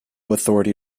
authority